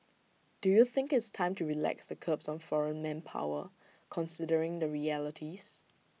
do you think it's time to relax the curbs on foreign manpower considering the realities